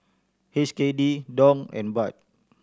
H K D Dong and Baht